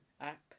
app